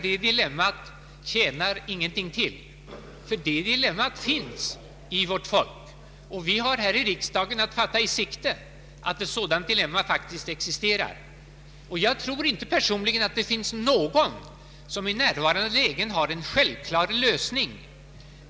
Det tjänar ingenting till att förneka det dilemmat, eftersom det finns i vårt folk. Vi här i riksdagen måste acceptera att ett sådant dilemma faktiskt existerar. Jag tror inte personligen att det finns någon som för närvarande har en självklar lösning.